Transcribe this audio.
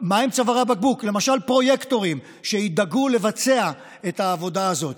למשל פרויקטורים שידאגו לבצע את העבודה הזאת.